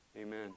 Amen